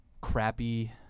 crappy